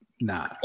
Nah